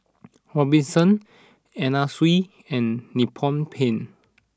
Robinsons Anna Sui and Nippon Paint